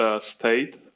state